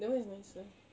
that [one] is nicer